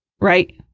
Right